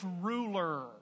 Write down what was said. ruler